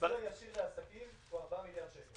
הסיוע הישיר לעסקים הוא 4 מיליארד שקלים?